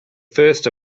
first